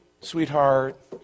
sweetheart